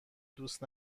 دوست